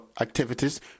activities